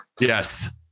Yes